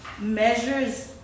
measures